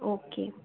okay